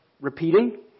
repeating